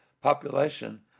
population